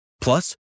Plus